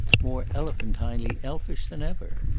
more elephantinely elfish than ever.